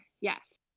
yes